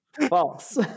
False